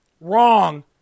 wrong